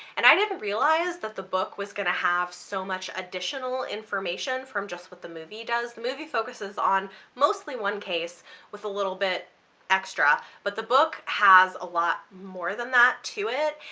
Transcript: and i didn't realize that the book was gonna have so much additional information from just what the movie does. the movie focuses on mostly one case with a little bit extra, but the book has a lot more than that to it,